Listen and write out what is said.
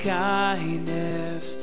kindness